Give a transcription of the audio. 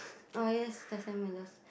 oh yes the Sam-Willows